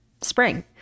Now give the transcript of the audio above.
spring